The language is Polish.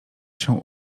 się